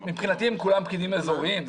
מבחינתי הם כולם פקידים אזוריים.